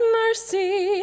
mercy